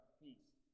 peace